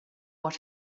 what